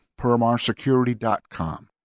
permarsecurity.com